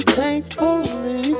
thankfully